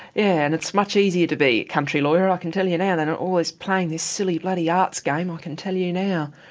and it's much easier to be a country lawyer, i can tell you now, than always playing this silly bloody arts game, i can tell you now.